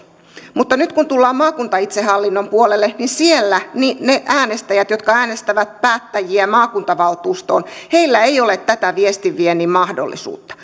mutta nyt kun tullaan maakuntaitsehallinnon puolelle niin siellä niillä äänestäjillä jotka äänestävät päättäjiä maakuntavaltuustoon ei ole tätä viestin viennin mahdollisuutta